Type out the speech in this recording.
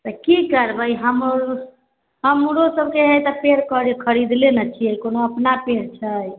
तऽ की करबै हम हमरो सबके हय खरीदले नऽ छियै कोनो अपना पेड़ छै